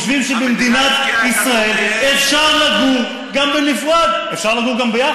הם חושבים שבמדינת ישראל אפשר לגור גם בנפרד,